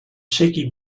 shaky